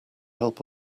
help